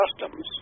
customs